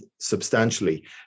substantially